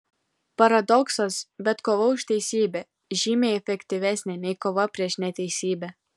paradoksas bet kova už teisybę žymiai efektyvesnė nei kova prieš neteisybę